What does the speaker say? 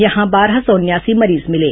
यहां बारह सौ उनयासी मरीज मिर्ले